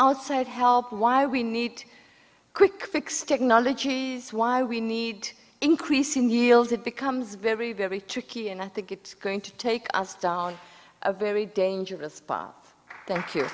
outside help why we need quick fix technologies why we need increasing yield it becomes very very tricky and i think it's going to take us down a very dangerous path thank you